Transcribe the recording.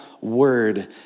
word